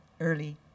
early